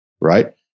right